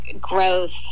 growth